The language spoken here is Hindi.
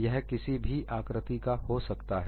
यह किसी भी आकृति का हो सकता है